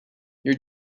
your